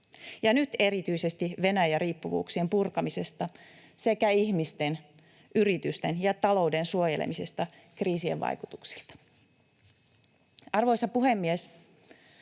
ja nyt erityisesti Venäjä-riippuvuuksien purkamisesta sekä ihmisten, yritysten ja talouden suojelemisesta kriisien vaikutuksilta. Arvoisa puhemies!